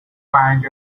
find